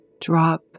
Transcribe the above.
drop